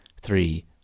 three